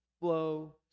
flow